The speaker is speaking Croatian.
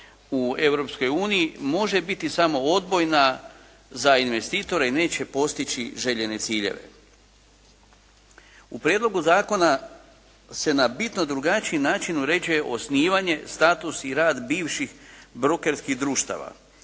može biti samo odbojna za investitore i neće postići željene ciljeve. U prijedlogu zakona se na bitno drugačiji način uređuje osnivanje, status i rad bivših brokerskih društava,